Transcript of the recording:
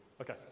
Okay